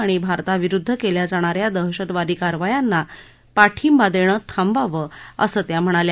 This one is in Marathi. आणि भारताविरुद्ध केल्या जाणा या दहशतवादी कारवायांना पाठिंबा देणं थांबवावं असं त्या म्हणाल्या